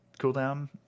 cooldown